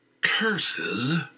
Curses